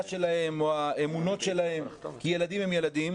שלהם ולא לאמונות שלהם כי ילדים הם ילדים